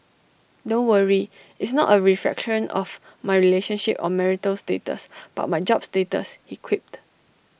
don't worry it's not A reflection of my relationship or marital status but my job status he quipped